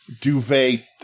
Duvet